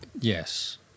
Yes